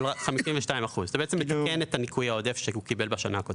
אבל רק 52%. זה בעצם את הניכוי העודף שהוא קיבל בשנה הקודמת.